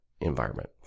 environment